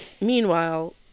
meanwhile